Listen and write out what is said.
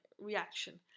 reaction